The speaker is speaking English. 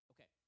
Okay